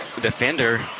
defender